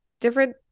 different